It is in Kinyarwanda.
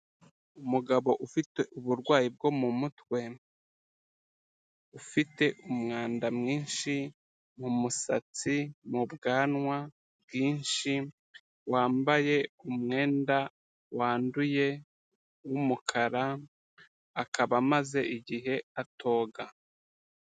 Umugabo ufite uburwayi bwo mu mutwe, ufite umwanda mwinshi mu musatsi, mu bwanwa bwinshi, wambaye umwenda wanduye w'umukara akaba amaze igihe atoga.